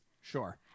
sure